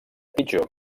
pitjor